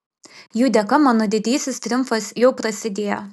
jų dėka mano didysis triumfas jau prasidėjo